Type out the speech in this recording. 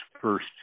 first